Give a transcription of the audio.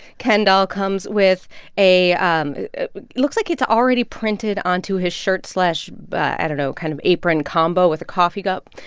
ken doll comes with a um looks like it's already printed onto his shirt slash but i don't know kind of apron combo with a coffee cup.